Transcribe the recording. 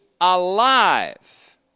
alive